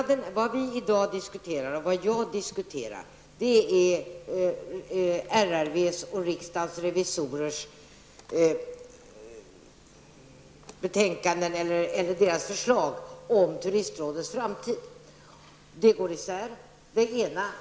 Det vi i dag diskuterar, och vad jag diskuterar, är RRVs och riksdagens revisorers förslag om turistrådets framtid. De förslagen går isär.